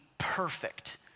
Perfect